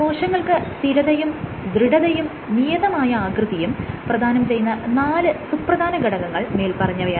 കോശങ്ങൾക്ക് സ്ഥിരതയും ദൃഢതയും നിയതമായ ആകൃതിയും പ്രധാനം ചെയുന്ന നാല് സുപ്രധാന ഘടകങ്ങൾ മേല്പറഞ്ഞവയാണ്